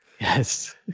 Yes